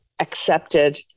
accepted